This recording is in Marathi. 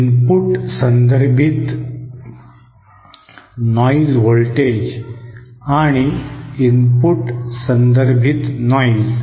इनपुट संदर्भित नॉइज व्होल्टेज आणि इनपुट संदर्भित नॉइज